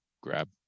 grab